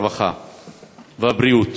הרווחה והבריאות.